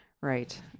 right